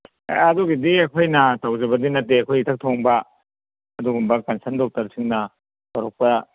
ꯑꯗꯨꯒꯤꯗꯤ ꯑꯩꯈꯣꯏꯅ ꯇꯧꯖꯕꯗꯤ ꯅꯠꯇꯦ ꯑꯩꯈꯣꯏ ꯏꯊꯛ ꯊꯣꯡꯕ ꯑꯗꯨꯒꯨꯝꯕ ꯀꯟꯁꯔꯟ ꯗꯣꯛꯇꯔꯁꯤꯡꯅ ꯇꯧꯔꯛꯄ